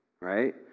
Right